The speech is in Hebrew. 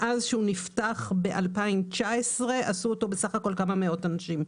מאז שנפתח ב-2019 עשו אותו בסך הכול כמה מאות אנשים.